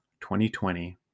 2020